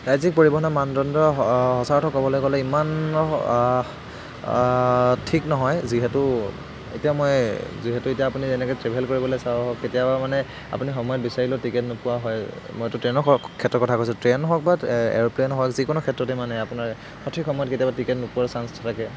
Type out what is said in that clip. ৰাজ্যিক পৰিৱহনৰ মানদণ্ড সঁচা কথা ক'বলৈ গ'লে ইমান ঠিক নহয় যিহেতু এতিয়া মই যিহেতু এতিয়া আপুনি যেনেকৈ ট্ৰেভেল কৰিবলৈ চাওঁ কেতিয়াবা মানে আপুনি সময়ত বিচাৰিলেও টিকেট নোপোৱা হয় মইতো ট্ৰেইনৰ ক্ষেত্ৰত কথা কৈছোঁ ট্ৰেইন হওক বা এৰোপ্লেনেই হওক যিকোনো ক্ষেত্ৰতেই মানে আপোনাৰ সঠিক সময়ত কেতিয়াবা টিকেট নোপোৱাৰ চাঞ্চটো থাকে